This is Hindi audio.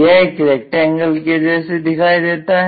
यह एक रेक्टेंगल के जैसे दिखाई देता है